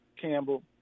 campbell